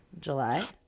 July